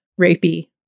rapey